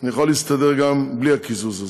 אני יכול להסתדר גם בלי הקיזוז הזה.